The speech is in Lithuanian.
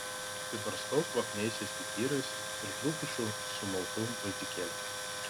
apibarstau kvapniaisiais pipirais ir trupučiu sumaltų gvazdikėlių